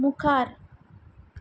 मुखार